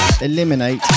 Eliminate